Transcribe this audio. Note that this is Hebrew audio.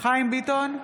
חיים ביטון,